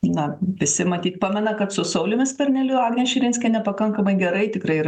na visi matyt pamena kad su sauliumi skverneliu agnė širinskienė pakankamai gerai tikrai ir